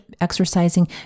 exercising